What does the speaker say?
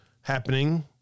happening